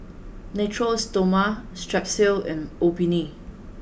natura Stoma Strepsils and Obimin